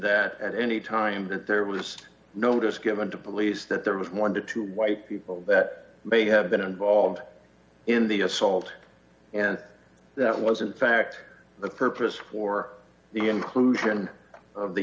that at any time that there was notice given to police that there was one to two white people that may have been involved in the assault and that wasn't fact the purpose for the inclusion of the